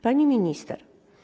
Pani Minister!